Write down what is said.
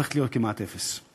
הופכת להיות כמעט אפס.